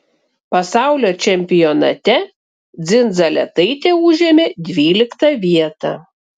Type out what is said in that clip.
pasaulio čempionate dzindzaletaitė užėmė dvyliktą vietą